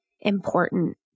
important